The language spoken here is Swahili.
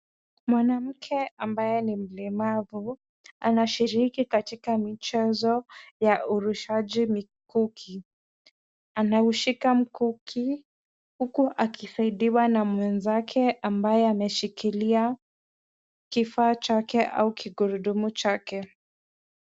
Mwanamke huyu ambaye ni mlemavu, anashiriki katika mchezo ya urushaji mikuki. Anaushika mkuki huku akisaidiwa na mwenzake ambaye ameshikilia kifaa chake au kigurudumu chake.